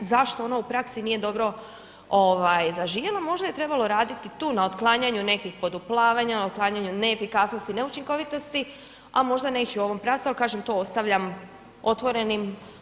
Zašto ona u praksi nije ovaj zaživjela, možda je trebalo raditi tu na otklanjanju nekih poduplavanja, na otklanjaju neefikasnosti, neučinkovitosti, a možda ne ići u ovom pravcu, ali kažem to ostavljam otvorenim.